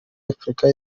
afurika